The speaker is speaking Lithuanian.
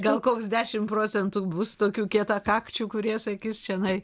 tik gal koks dešim procentų bus tokių kietakakčių kurie sakys čianai